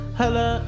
hello